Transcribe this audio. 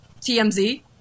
tmz